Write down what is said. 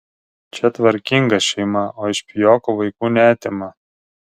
čia tvarkinga šeima o iš pijokų vaikų neatima